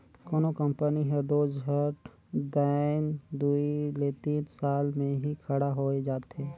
कोनो कंपनी हर दो झट दाएन दुई ले तीन साल में ही खड़ा होए जाथे